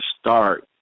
start